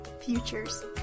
futures